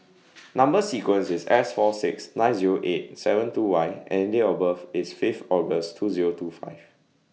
Number sequence IS S four six nine Zero eight seven two Y and Date of birth IS Fifth August two Zero two five